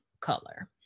color